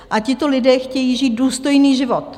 A tito lidé chtějí žít důstojný život.